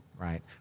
Right